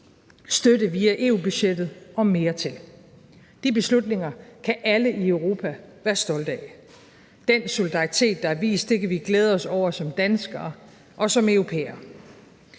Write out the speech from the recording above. støtte via EU-budgettet og mere til. De beslutninger kan alle i Europa være stolte af. Den solidaritet, der er vist, kan vi glæde os over som danskere og som europæere.